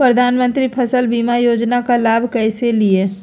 प्रधानमंत्री फसल बीमा योजना का लाभ कैसे लिये?